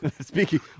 speaking